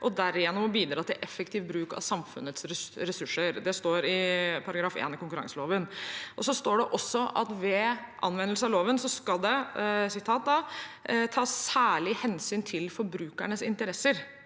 og derigjennom bidra til effektiv bruk av samfunnets ressurser. Det står i § 1 i konkurranseloven. Det står også: «Ved anvendelse av denne lov skal det tas særlig hensyn til forbrukernes interesser.»